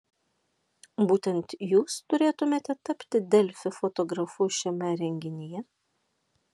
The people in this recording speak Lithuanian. būtent jūs turėtumėte tapti delfi fotografu šiame renginyje